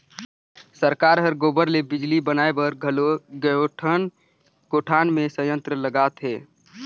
सरकार हर गोबर ले बिजली बनाए बर घलो कयोठन गोठान मे संयंत्र लगात हे